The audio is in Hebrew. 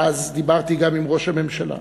ואז דיברתי גם עם ראש הממשלה,